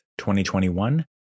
2021